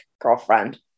girlfriend